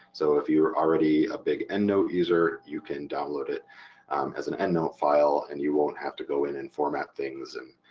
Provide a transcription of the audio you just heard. so if you are already a big endnote user you can download it as an endnote file, and you won't have to go in and format things and